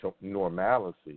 normalcy